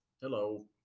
hello